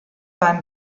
beim